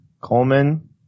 Coleman